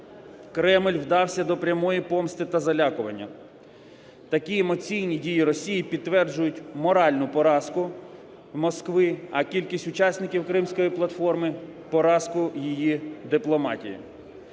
Кремль вдався до прямої помсти та залякування. Такі емоційні дії Росії підтверджують моральну поразку Москви, а кількість учасників Кримської платформи поразку її дипломатії.